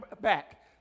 back